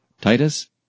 Titus